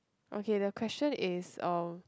okay the question is um